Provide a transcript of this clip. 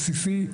בסיסי.